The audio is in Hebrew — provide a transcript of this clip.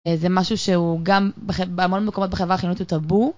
זה משהו שהוא גם בהמון מקומות בחברה החילונית הוא טאבו.